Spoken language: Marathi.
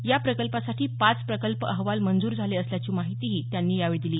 या प्रकल्पासाठी पाच प्रकल्प अहवाल मंजूर झाले असल्याची माहितीही त्यांनी यावेळी दिली